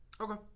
Okay